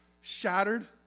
shattered